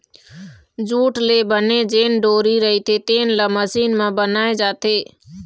jute ले बने जेन डोरी रहिथे तेन ल मसीन म बनाए जाथे